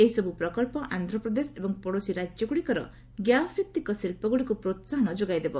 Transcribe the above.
ଏହିସବ୍ ପ୍ରକଳ୍ପ ଆନ୍ଧ୍ପ୍ରଦେଶ ଏବଂ ପଡୋଶୀ ରାଜ୍ୟଗୁଡିକର ଗ୍ୟାସଭିଭିକ ଶିଳ୍ପ ଗୁଡିକୁ ପ୍ରୋସାହନ ଯୋଗାଇଦେବ